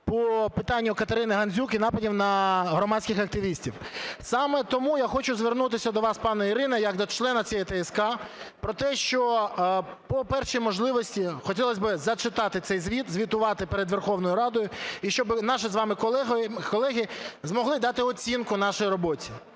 по питанню Катерини Гандзюк і нападів на громадських активістів. Саме тому я хочу звернутися до вас, пані Ірина, як до члена цієї ТСК про те, що по першій можливості хотілось би зачитати цей звіт, звітувати перед Верховною Радою, і щоби наші з вами колеги змогли дати оцінку нашій роботі.